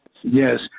Yes